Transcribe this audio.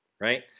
right